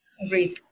Agreed